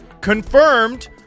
confirmed